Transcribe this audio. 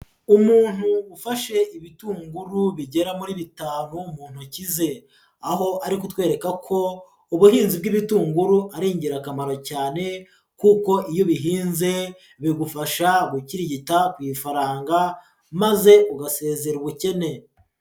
Umuntu ufashe ibitunguru bigera muri bitanu mu ntoki ze, aho ari kutwereka ko ubuhinzi bw'ibitunguru ari ingirakamaro cyane, kuko iyo ubihinze bigufasha gukirigita ku ifaranga, maze ugasezera ubukene.